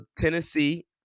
Tennessee